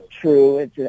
true